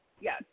Yes